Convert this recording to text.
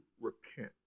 repent